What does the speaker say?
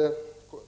kommun.